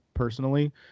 personally